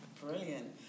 Brilliant